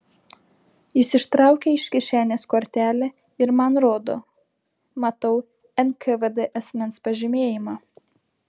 jis ištraukė iš kišenės kortelę ir man rodo matau nkvd asmens pažymėjimą